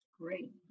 Great